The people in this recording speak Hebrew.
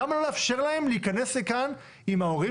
למה לא לאפשר להם להיכנס לכאן עם ההורים